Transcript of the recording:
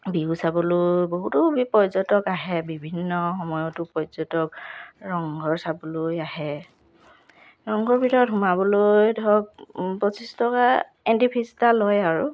বিহু চাবলৈ বহুতো পৰ্যটক আহে বিভিন্ন সময়তো পৰ্যটক ৰংঘৰ চাবলৈ আহে ৰংঘৰৰ ভিতৰত সোমাবলৈ ধৰক পঁচিছ টকা এণ্টি ফিজ এটা লয় আৰু